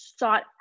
sought